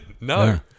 No